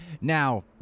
now